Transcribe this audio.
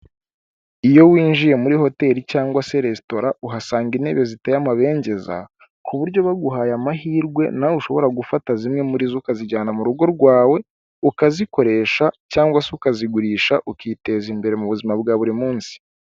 Iyo winjiye muri hoteri cyangwa se resitora, uhasanga intebe ziteye amabengeza, ku buryo baguhaye amahirwe nawe ushobora gufata zimwe muri zo ukazijyana mu rugo rwawe, ukazikoresha cyangwa se ukazigurisha ukiteza imbere mu buzima bwa buri munsi.